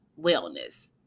wellness